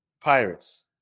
pirates